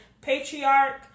patriarch